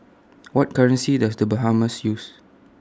What currency Does The Bahamas use